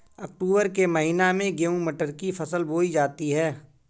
अक्टूबर के महीना में गेहूँ मटर की फसल बोई जाती है